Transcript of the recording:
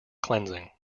cleansing